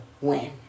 win